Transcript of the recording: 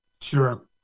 Sure